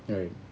correct